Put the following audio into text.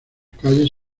calles